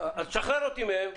אז שחרר אותי מהם.